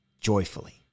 joyfully